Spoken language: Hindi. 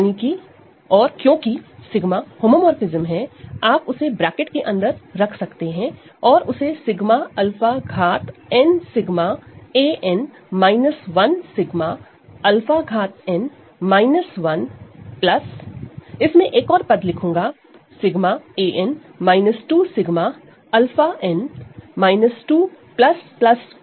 यानी कि और क्योंकि 𝜎 होमोमोरफ़िज्म है आप उसे ब्रैकेट के अंदर रख सकते हैं और 𝜎 𝛂n 𝜎 𝜎 𝛂n 1 इस में एक और पद लिखूंगा 𝜎 𝜎 𝛂n 2 𝜎 𝜎 𝛂 𝜎 0 है